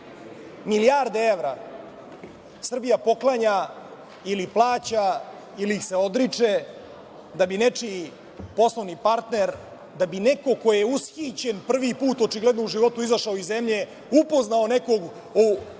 tad. Milijarde evra Srbija poklanja ili plaća ili ih se odriče da bi nečiji poslovni partner, da bi neko ko je ushićen prvi put očigledno u životu izašao iz zemlje, upoznao nekog u